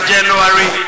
January